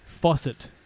Faucet